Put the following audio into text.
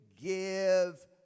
give